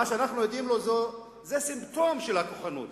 מה שאנחנו עדים לו זה סימפטום של הכוחנות.